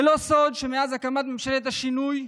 זה לא סוד שמאז הקמת ממשלת השינוי,